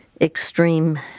Extreme